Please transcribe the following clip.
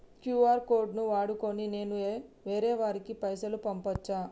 QR code ను వాడుకొని నేను వేరే వారికి పైసలు పంపచ్చా?